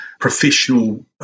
professional